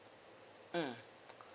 mm